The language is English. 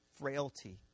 frailty